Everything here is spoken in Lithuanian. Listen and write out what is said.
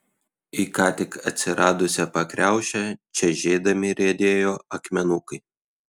į ką tik atsiradusią pakriaušę čežėdami riedėjo akmenukai